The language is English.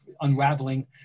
unraveling